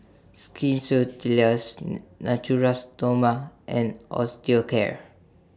Skin Natura Stoma and Osteocare